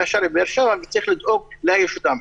השרעי בבאר שבע וצריך לדאוג לאייש אותם.